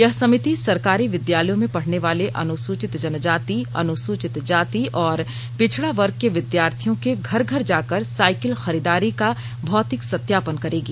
यह समिति सरकारी विद्यालयों में पढ़ने वाले अनसूचित जनजाति अनुसचित जाति और पिछड़ा वर्ग के विद्यार्थियों के घर घर जाकर साइकिल खरीदारी का मौतिक सत्यापन करेगी